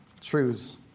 truths